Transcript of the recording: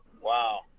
Wow